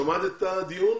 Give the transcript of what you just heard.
שמעת את הדיון?